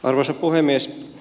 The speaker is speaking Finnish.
arvoisa puhemies